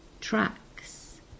tracks